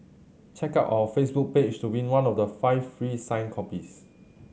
check out our Facebook page to win one of the five free signed copies